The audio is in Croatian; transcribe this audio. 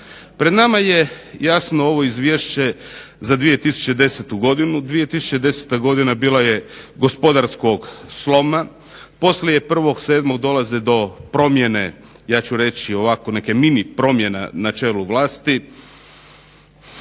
Pred nama je jasno ovo Izvješće za 2010. godinu, 2010. godina bila je godina gospodarskog sloma. Poslije 1.07. dolazi do promjene ja ću reći ovako neke mini promjene na čelu vlasti,